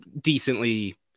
decently